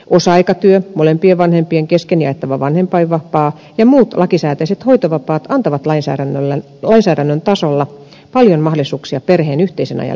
osa aikatyö molempien vanhempien kesken jaettava vanhempainvapaa ja muut lakisääteiset hoitovapaat antavat lainsäädännön tasolla paljon mahdollisuuksia perheen yhteisen ajan lisäämiseen